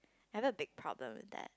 had a big problem with that